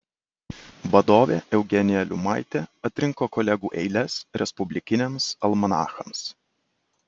vadovė eugenija liumaitė atrinko kolegų eiles respublikiniams almanachams